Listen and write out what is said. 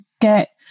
get